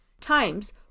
times